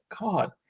God